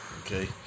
Okay